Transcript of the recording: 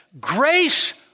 grace